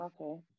Okay